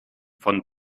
von